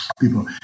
people